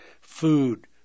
food